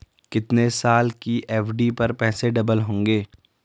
कितने साल की एफ.डी पर पैसे डबल होंगे?